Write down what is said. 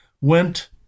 went